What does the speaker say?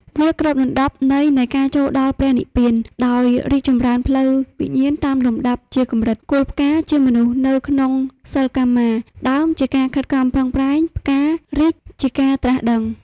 វាគ្របដណ្តប់ន័យនៃការចូលដល់ ព្រះនិព្វានដោយរីកចម្រើនផ្លូវវិញ្ញាណតាមលំដាប់ជាកម្រិត៖គល់ផ្កា ជាមនុស្សនៅក្នុងសិលកមារ ដើមជាការខិតខំប្រឹងប្រែង ផ្ការីកជាការត្រាស់ដឹង។